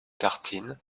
tartines